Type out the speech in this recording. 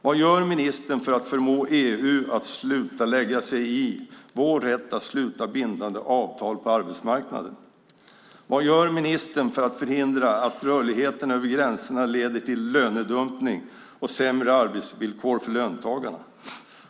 Vad gör ministern för att förmå EU att sluta lägga sig i vår rätt att sluta bindande avtal på arbetsmarknaden? Vad gör ministern för att förhindra att rörligheten över gränserna leder till lönedumpning och sämre arbetsvillkor för löntagarna?